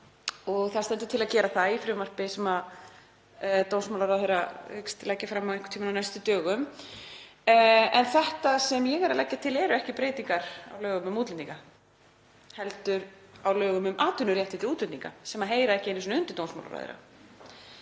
og það stendur til að gera það í frumvarpi sem dómsmálaráðherra hyggst leggja fram einhvern tímann á næstu dögum. En þetta sem ég er að leggja til eru ekki breytingar á lögum um útlendinga heldur á lögum um atvinnuréttindi útlendinga sem heyra ekki einu sinni undir dómsmálaráðherra.